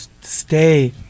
stay